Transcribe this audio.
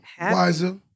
wiser